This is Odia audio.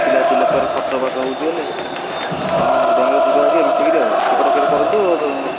ପିଲା ପିଲା ଛୁଆର ଖର୍ଚ୍ଚବାର୍ଚ୍ଚ ହେଉଛି ଏଇଲେ ସେଥିପାଇଁ ବାଙ୍ଗାଲୋର ଯିବା ଭେରି ମିଶି କରି ଟିକେଟ୍ କେବେ କରନ୍ତୁ ତେଣୁ